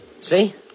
See